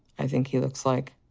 i think he looks like.